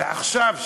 ועכשיו,